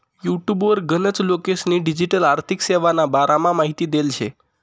युटुबवर गनच लोकेस्नी डिजीटल आर्थिक सेवाना बारामा माहिती देल शे